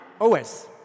OS